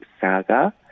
Saga